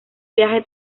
viaje